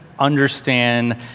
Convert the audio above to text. understand